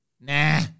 Nah